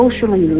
socially